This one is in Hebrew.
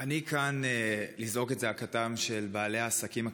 אני כאן לזעוק את זעקתם של בעלי העסקים הקטנים,